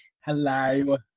Hello